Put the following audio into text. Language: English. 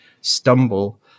stumble